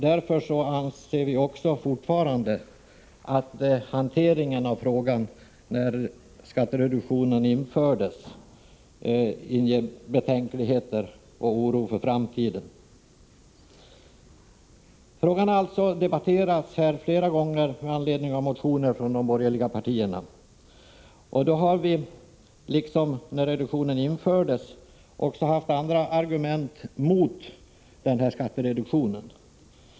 Därför anser vi fortfarande att hanteringen av frågan, när skattereduktionen infördes, inger betänkligheter och oro för framtiden. Frågan har alltså debatterats flera gånger med anledning av motioner från de borgerliga partierna. Då har vi, liksom när reduktionen infördes, haft även andra argument mot denna skattereduktion.